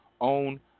own